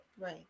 right